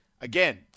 Again